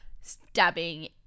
stabbing